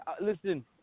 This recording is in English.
Listen